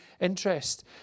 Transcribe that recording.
interest